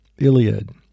Iliad